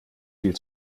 viel